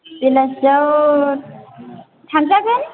बेलासियाव थांजागोन